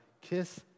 kiss